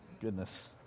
Goodness